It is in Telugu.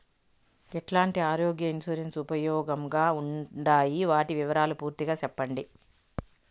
ఎట్లాంటి ఆరోగ్య ఇన్సూరెన్సు ఉపయోగం గా ఉండాయి వాటి వివరాలు పూర్తిగా సెప్పండి?